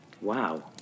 wow